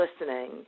listening